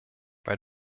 bei